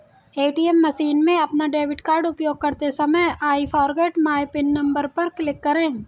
ATM machine में अपना debit card उपयोग करते समय I forget my PIN number पर क्लिक करें